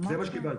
זה מה שקיבלתי.